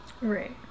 right